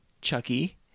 Chucky